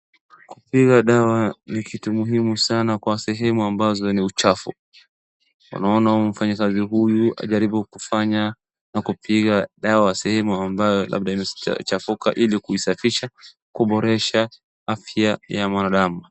Kupiga dawa ni kitu muhimu sana na kwa sehemu ambazo ni uchafu. Unaona mfanyakazi huyu akijaribu kufanya na kupiga dawa sehemu ambayo labda imechafuka ili kuisafisha, kuboresha afya ya mwanadamu.